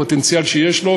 הפוטנציאל שיש לו,